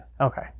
Okay